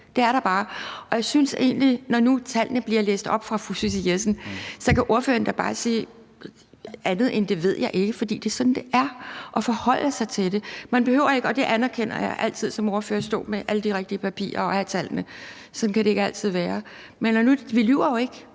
det er der bare. Og jeg synes egentlig, når nu tallene bliver læst op af fru Susie Jessen, at ordføreren kan sige noget andet end »det ved jeg ikke«, for det er sådan, det er. Det må man forholde sig til. Man behøver ikke altid – og det erkender jeg – som ordfører at stå med alle de rigtige papirer og have tallene, sådan kan det ikke altid være. Men vi lyver jo ikke,